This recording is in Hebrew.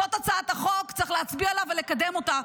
זאת הצעת החוק, צריך להצביע לה ולקדם אותה.